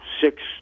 six